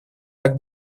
как